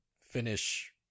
finish